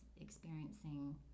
experiencing